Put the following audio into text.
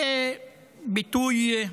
זה ביטוי,